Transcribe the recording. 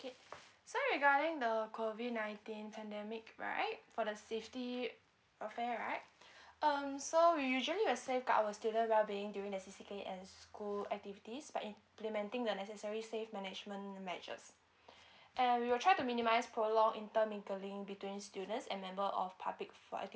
okay so regarding the COVID nineteen pandemic right for the safety affair right um so we usually will safeguard our student well being during the C_C_K and school activities by implementing the necessary safe management measures and we will try to minimise prolong inter mingling between students and member of public for